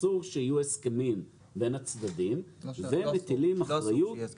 אסור שיהיו הסכמים בין הצדדים ומטילים אחריות